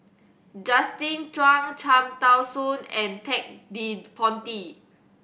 Justin Zhuang Cham Tao Soon and Ted De Ponti